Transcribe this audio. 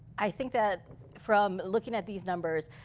i think that from looking at these numbers,